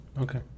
okay